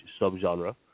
subgenre